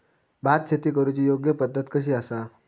भात शेती करुची योग्य पद्धत कशी आसा?